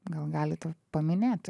gal galite paminėti